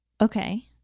Okay